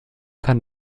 kann